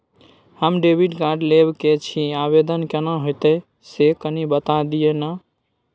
हम debit card लेब के छि, आवेदन केना होतै से कनी बता दिय न?